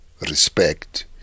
respect